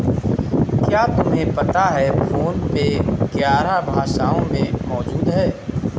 क्या तुम्हें पता है फोन पे ग्यारह भाषाओं में मौजूद है?